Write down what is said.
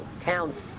counts